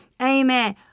Amen